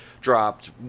dropped